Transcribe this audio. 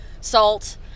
salt